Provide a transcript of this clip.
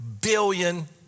billion